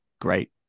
great